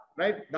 right